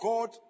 God